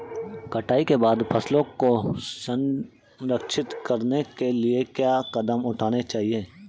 कटाई के बाद फसलों को संरक्षित करने के लिए क्या कदम उठाने चाहिए?